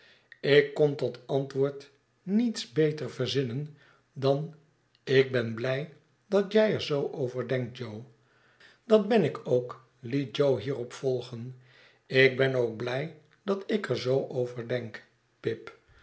ik kon tot antwoord niets beters verzinnen dan ik ben blij dat jij er zoo over denkt jo dat ben ik ook liet jo hierop volgen ik ben ook blij dat ik er zoo over denk pip